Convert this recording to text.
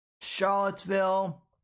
Charlottesville